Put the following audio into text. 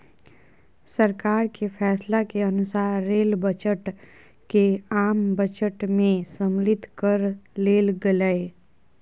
सरकार के फैसला के अनुसार रेल बजट के आम बजट में सम्मलित कर लेल गेलय